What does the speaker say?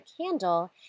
candle